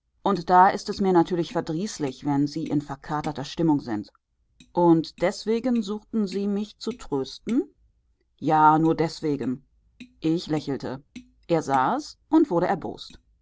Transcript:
und da ist es mir natürlich verdrießlich wenn sie in verkaterter stimmung sind und deswegen suchten sie mich zu trösten ja nur deswegen ich lächelte er sah es und wurde erbost